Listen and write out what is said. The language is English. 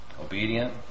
obedient